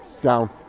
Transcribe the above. Down